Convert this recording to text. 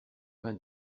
vingt